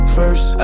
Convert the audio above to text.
first